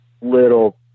little